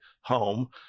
home